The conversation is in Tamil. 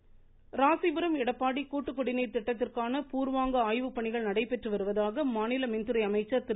தங்கமணி ராசிபுரம் எடப்பாடி கூட்டுக்குடிநீர் திட்டத்திற்கான பூர்வாங்க ஆய்வுப் பணிகள் நடைபெற்று வருவதாக மாநில மின்துறை அமைச்சர் திரு